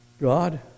God